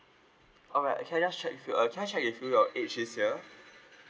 alright uh can I just check with you uh can I check with you your age this year